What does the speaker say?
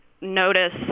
notice